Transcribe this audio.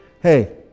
Hey